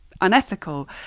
unethical